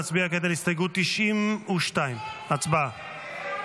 נצביע כעת על הסתייגות 92. הצבעה.